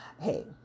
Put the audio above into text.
hey